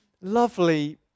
lovely